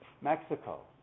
Mexico